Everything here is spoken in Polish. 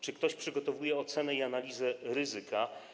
Czy ktoś przygotowuje ocenę i analizę ryzyka?